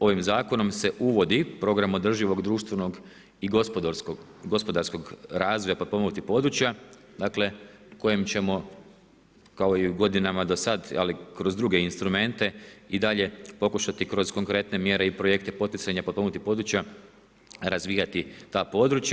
Ovim Zakonom se uvodi program održivog društvenog i gospodarskog razvoja potpomognutih područja kojim ćemo kao i u godinama do sad, ali kroz druge instrumente i dalje pokušati kroz konkretne mjere i projekte poticanja potpomognutih područja razvijati ta područja.